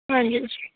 ਹਾਂਜੀ